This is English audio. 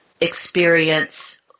experience